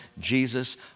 Jesus